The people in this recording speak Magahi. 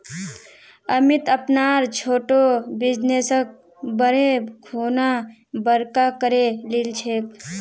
अमित अपनार छोटो बिजनेसक बढ़ैं खुना बड़का करे लिलछेक